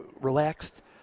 relaxed